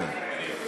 בוא נגיד: בנינו.